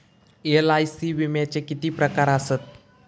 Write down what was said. LIC विम्याचे किती प्रकार आसत?